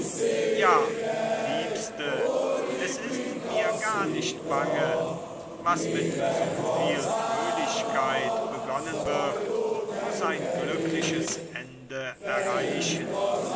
ja liebste es ist mir gar nicht bange was mit so viel fröhlichkeit begonnen wird muß ein glückliches ende erreichen